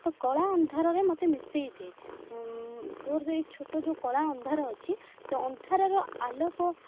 ତୁ କଳା ଅନ୍ଧାରରେ ମୋତେ ମିଶାଇ ଦେ ତୋର ଯୋ ଛୋଟ ଏହି କଳା ଅନ୍ଧାର ଅଛି ସେ ଅନ୍ଧାରର ଆଲୋକ